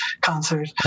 concert